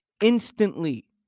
instantly